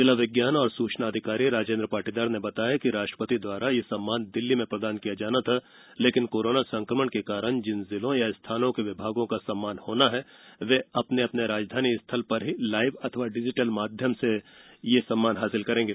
जिला विज्ञान एवं सूचना अधिकारी राजेंद्र पाटीदार ने बताया कि राष्ट्रपति द्वारा यह सम्मान दिल्ली में प्रदान किया जाना था लेकिन कोरोना संक्रमण के कारण जिन जिलों या स्थानों के विभागों का सम्मान होना है वे अपने अपने राजधानी स्थल पर ही लाइव व डिजीटल माध्यम से अवार्ड लेंगे